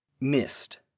Missed